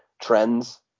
trends